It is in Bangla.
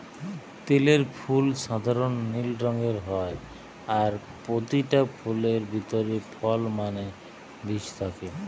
তিলের ফুল সাধারণ নীল রঙের হয় আর পোতিটা ফুলের ভিতরে ফল মানে বীজ থাকে